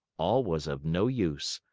all was of no use.